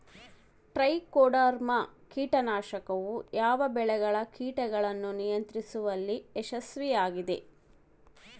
Trichoderma ಕೇಟನಾಶಕವು ಯಾವ ಬೆಳೆಗಳ ಕೇಟಗಳನ್ನು ನಿಯಂತ್ರಿಸುವಲ್ಲಿ ಯಶಸ್ವಿಯಾಗಿದೆ?